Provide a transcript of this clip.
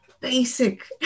basic